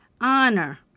honor